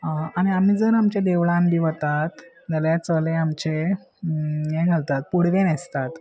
आनी आमी जर आमच्या देवळान बी वतात जाल्यार चले आमचे हें घालतात पुडवेन हेसतात